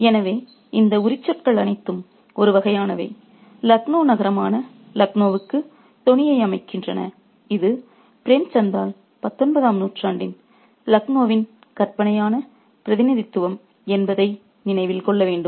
எனவே இந்த உரிச்சொற்கள் அனைத்தும் ஒரு வகையானவை லக்னோ நகரமான லக்னோவுக்கான தொனியை அமைக்கின்றன இது பிரேம்சந்தால் 19 ஆம் நூற்றாண்டின் லக்னோவின் கற்பனையான பிரதிநிதித்துவம் என்பதை நினைவில் கொள்ள வேண்டும்